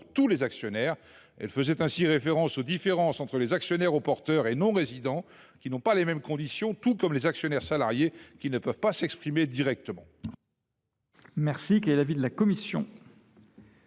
tous les actionnaires ». Elle faisait ainsi référence aux différences entre les actionnaires au porteur et les actionnaires non résidents, qui ne se trouvent pas dans les mêmes conditions, tout comme les actionnaires salariés, qui ne peuvent s’exprimer directement.